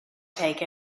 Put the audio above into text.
take